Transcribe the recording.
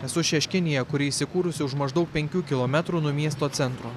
esu šeškinėje kuri įsikūrusi už maždaug penkių kilometrų nuo miesto centro